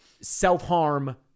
self-harm